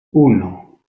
uno